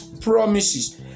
promises